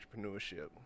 entrepreneurship